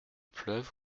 pleuve